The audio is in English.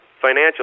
financial